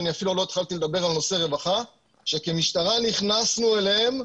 ואני אפילו לא התחלתי לדבר על נושא רווחה שכשמטרה נכנסו אליהם,